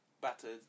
battered